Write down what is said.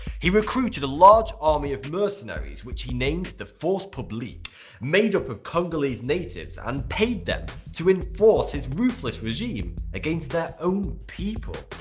he recruited a large army of mercenaries which he named the force publique made up of congolese natives and paid them to enforce his ruthless regime against their own people.